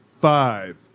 five